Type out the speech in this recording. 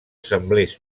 semblés